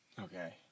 Okay